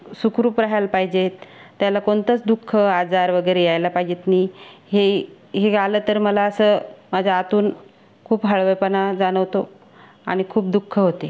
सुखरूप राहायला पाहिजे त्याला कोणतंच दु ख आजार वगैरे यायला पाहिजेत आणि हे हे आलं तर मला असं माझ्या आतून खूप हळवेपणा जाणवतो आणि खूप दु ख होते